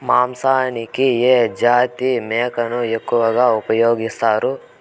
మాంసానికి ఏ జాతి మేకను ఎక్కువగా ఉపయోగిస్తారు?